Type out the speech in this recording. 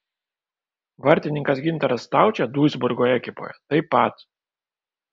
vartininkas gintaras staučė duisburgo ekipoje taip pat